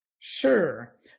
Sure